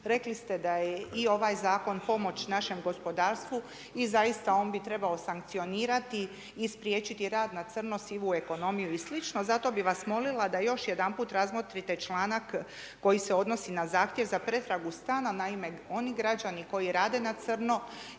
rekli ste da je i ovaj zakon pomoć našem gospodarstvu i zaista on bi trebao sankcionirati i spriječiti rad na crno, sivu ekonomiju i slično, zato bi vas molila da još jedanput razmotrite članak, koji se odnosi na zahtjev za pretragu stana. Naime, oni građani koji rade na crno